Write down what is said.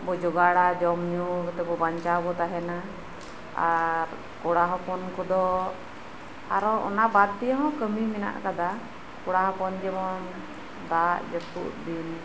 ᱵᱩ ᱡᱚᱜᱟᱲᱟ ᱡᱚᱢ ᱧᱩ ᱠᱟᱛᱮᱫ ᱵᱚ ᱵᱟᱧᱪᱟᱣ ᱵᱩ ᱛᱟᱦᱮᱱᱟ ᱟᱨ ᱠᱚᱲᱟ ᱦᱚᱯᱚᱱ ᱠᱚᱫᱚ ᱟᱨᱚ ᱚᱱᱟ ᱵᱟᱫ ᱫᱤᱭᱮᱦᱚᱸ ᱠᱟᱹᱢᱤ ᱢᱮᱱᱟᱜ ᱟᱠᱟᱫᱟ ᱠᱚᱲᱟ ᱦᱚᱯᱚᱱ ᱡᱮᱢᱚᱱ ᱫᱟᱜ ᱡᱟᱹᱯᱩᱛ ᱫᱤᱱ